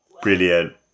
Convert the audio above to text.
Brilliant